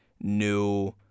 new